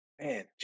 Man